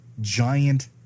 giant